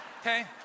Okay